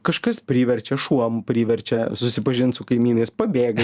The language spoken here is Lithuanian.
kažkas priverčia šuo priverčia susipažint su kaimynais pabėga